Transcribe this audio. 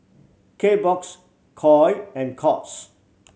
Kbox Koi and Courts